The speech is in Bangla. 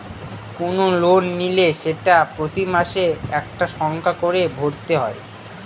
কোনো লোন নিলে সেটা প্রতি মাসে একটা সংখ্যা করে ভরতে হয়